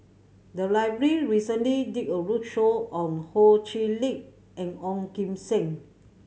the library recently did a roadshow on Ho Chee Lick and Ong Kim Seng